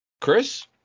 Chris